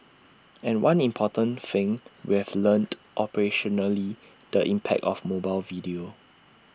and one important thing we've learnt operationally the impact of mobile video